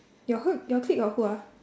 your who your clique got who ah